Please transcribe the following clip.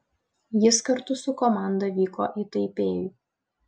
jis kartu su komanda vyko į taipėjų